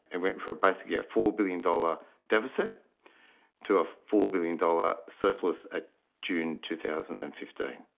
it went from basically a four billion dollars deficit to a four billion dollars surplus at june two thousand and fifteen.